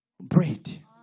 bread